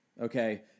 Okay